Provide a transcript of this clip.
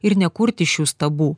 ir nekurti šių stabų